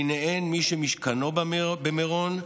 ובהן מי שמשכנו במירון,